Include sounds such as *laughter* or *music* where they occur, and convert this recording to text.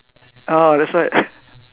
oh that's why *breath*